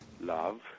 love